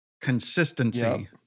consistency